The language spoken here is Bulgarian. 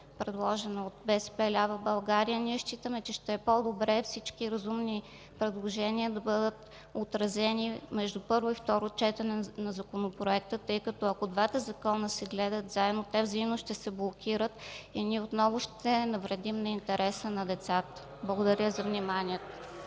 предложен от „БСП лява България”, считаме, че ще е по-добре всички разумни предложения да бъдат отразени между първо и второ четене на Законопроекта, тъй като, ако двата закона се гледат заедно, те взаимно ще се блокират и ние отново ще навредим на интереса на децата. Благодаря за вниманието.